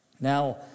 Now